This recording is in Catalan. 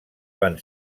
van